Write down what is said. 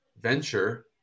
venture